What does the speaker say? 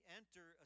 enter